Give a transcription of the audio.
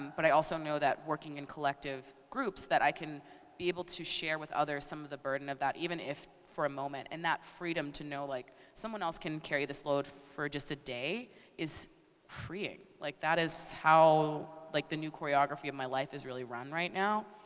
but i also know that working in collective groups that i can be able to share with others some of the burden of that even if for a moment, and that freedom to know like someone else can carry this load for just a day is freeing. like that is how like the new choreography of my life is really run right now.